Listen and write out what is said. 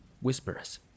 Whispers